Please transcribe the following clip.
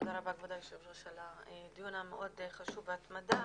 תודה רבה היושבת ראש על הדיון המאוד חשוב ועל ההתמדה.